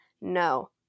no